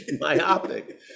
myopic